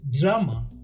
drama